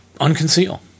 unconceal